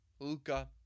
Luca